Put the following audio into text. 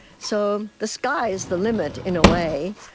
so the sky's the limit in a way.